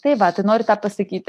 tai va tu noriu tą pasakyti